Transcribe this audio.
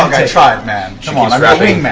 i tried, man, come on.